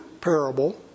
parable